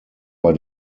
bei